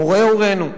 הורינו, הורי-הורינו,